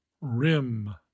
rim